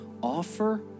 offer